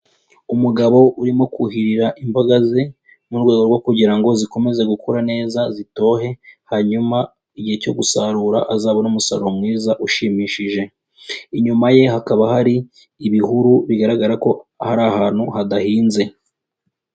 Umugabo urimo kuhirira imboga ze mu rwego rwo kugira ngo zikomeze gukura neza zitohe, hanyuma igihe cyo gusarura azabone umusaruro mwiza ushimishije. Inyuma ye hakaba hari ibihuru bigaragara ko hari ahantu hadahinze.